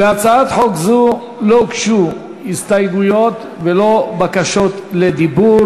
להצעת חוק זו לא הוגשו הסתייגויות ולא בקשות לדיבור.